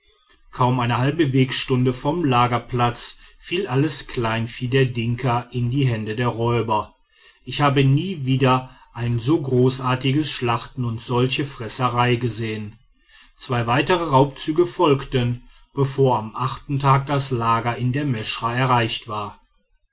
kaum eine halbe wegstunde vom lagerplatz fiel alles kleinvieh der dinka in die hände der räuber ich habe nie wieder ein so großartiges schlachten und solche fresserei gesehen zwei weitere raubzüge folgten bevor am achten tag das lager in der meschra erreicht war